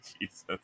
Jesus